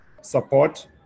support